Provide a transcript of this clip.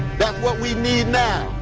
what we need now,